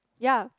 ya